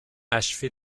achevé